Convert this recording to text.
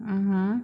(uh huh)